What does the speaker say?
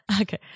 okay